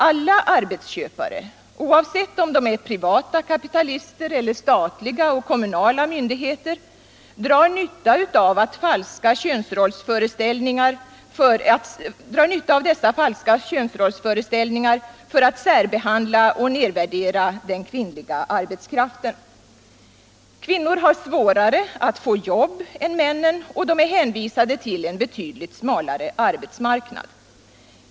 Alla arbetsköpare, oavsett om de är privata kapitalister eller statliga och kommunala myndigheter, drar nytta av falska könsrollsföreställningar för att särbehandla och nedvärdera den kvinnliga arbetskraften. Kvinnor har svårare att få jobb än männen, och de är hänvisade till en betydligt smalare arbetsmarknad.